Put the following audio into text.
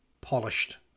polished